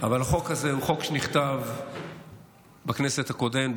אבל החוק הזה הוא חוק שנכתב בכנסת הקודמת,